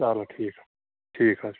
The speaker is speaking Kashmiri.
چلو ٹھیٖک ٹھیٖک حظ چھُ